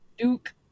Duke